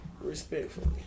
Respectfully